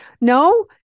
no